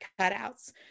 cutouts